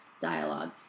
dialogue